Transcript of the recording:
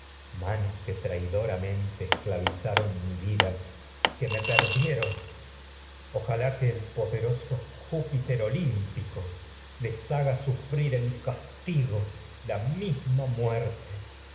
cómplices que traidoramente esclayizaron mi vida que me perdieron ojalá en que el poderoso jiipiter olímpico les haga sufrir muerte para que jamás de tales castigo la misma